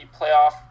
playoff